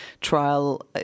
trial